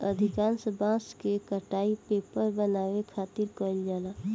अधिकांश बांस के कटाई पेपर बनावे खातिर कईल जाला